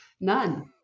None